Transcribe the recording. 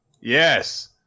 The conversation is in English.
yes